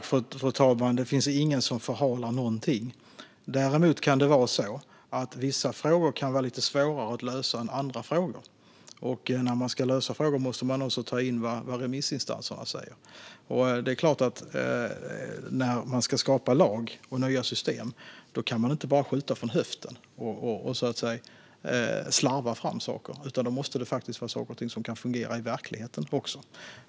Fru talman! Det finns ingen som förhalar någonting. Däremot kan det vara så att vissa frågor är lite svårare att lösa än andra. När man ska lösa frågor måste man ta in vad remissinstanserna säger. När man ska skapa lag och nya system kan man inte bara skjuta från höften och slarva fram saker, utan det måste faktiskt vara saker som kan fungera i verkligheten också.